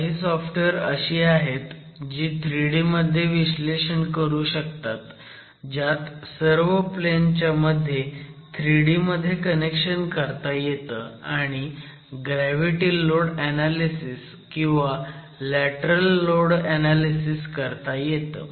काही सॉफ्टवेअर अशी आहेत जी 3D मध्ये विश्लेषण करू शकतात ज्यात सर्व प्लेन च्या मध्ये 3D मध्ये कनेक्शन करता येतं आणि ग्रॅव्हीटी लोड ऍनॅलिसीस किंवा लॅटरल लोड ऍनॅलिसीस करता येतं